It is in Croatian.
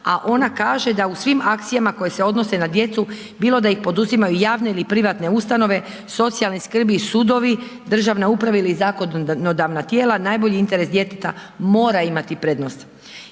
a ona kaže da u svim akcijama koje se odnose na djecu, bilo da ih poduzimaju javne ili privatne ustanove, socijalne skrbi, sudovi, državna uprava ili zakonodavna tijela, najbolji interes djeteta mora imati prednost.